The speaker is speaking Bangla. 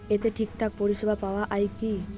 এতে ঠিকঠাক পরিষেবা পাওয়া য়ায় কি?